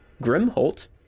Grimholt